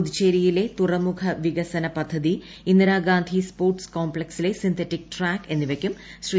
പുതുച്ചേരിയിലെ തുറമുഖ വികസന പദ്ധതി ഇന്ദിരാഗാന്ധി സ്പോർട്സ് കോംപ്തക്സിലെ സിന്തറ്റീക്ക് ട്രാക്ക് എന്നിവയ്ക്കും ശ്രീ